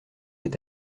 est